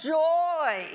joy